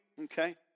okay